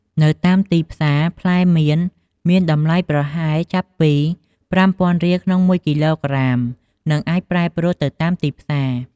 នៅតាមទីផ្សារផ្លែមៀន មានតម្លៃប្រហែលចាប់ពីប្រាំំពាន់រៀលក្នុងមួយគីឡូក្រាម និងអាចប្រែប្រួលទៅតាមទីផ្សារ។